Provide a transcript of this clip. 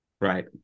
Right